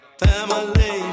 family